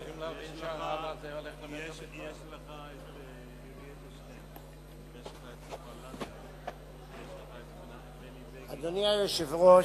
אדוני היושב-ראש,